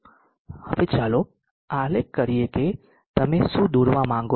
હવે ચાલો આલેખ કરીએ કે તમે શું દોરવા માંગો છો